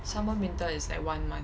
summer winter is like one month